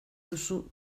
duzu